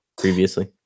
previously